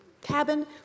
cabin